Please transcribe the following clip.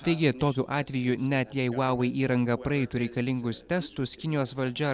taigi tokiu atveju net jeigu huavei įranga praeitų reikalingus testus kinijos valdžia